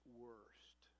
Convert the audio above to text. worst